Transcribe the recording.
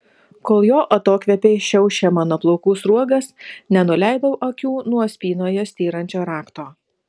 kol jo atokvėpiai šiaušė mano plaukų sruogas nenuleidau akių nuo spynoje styrančio rakto